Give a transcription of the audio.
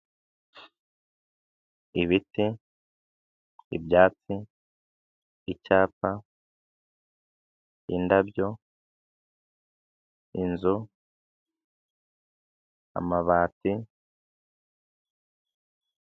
Ibiti, ibyatsi, cyapa, indabyo, inzu, amabati.